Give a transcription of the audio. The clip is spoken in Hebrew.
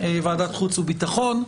ועדת חוץ וביטחון,